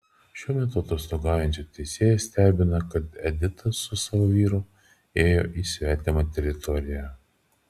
šiuo metu atostogaujančią teisėją stebina kad edita su savo vyru ėjo į svetimą teritoriją